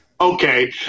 Okay